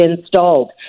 installed